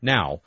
Now